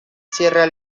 sierra